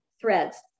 threads